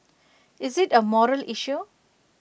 is IT A moral issue